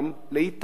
להתאפק,